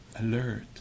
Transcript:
alert